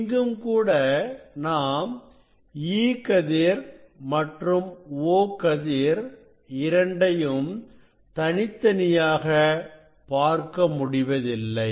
இங்கும் கூட நாம் E கதிர் மற்றும் O கதிர் இரண்டையும் தனித்தனியாக பார்க்க முடிவதில்லை